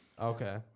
Okay